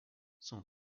son